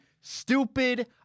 Stupid